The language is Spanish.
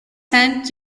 saint